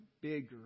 bigger